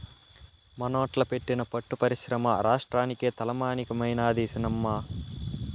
మనోట్ల పెట్టిన పట్టు పరిశ్రమ రాష్ట్రానికే తలమానికమైనాది సినమ్మా